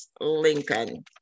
Lincoln